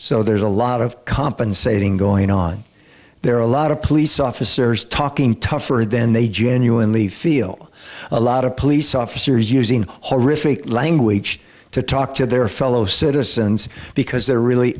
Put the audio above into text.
so there's a lot of compensating going on there are a lot of police officers talking tougher than they genuinely feel a lot of police officers using horrific language to talk to their fellow citizens because they're really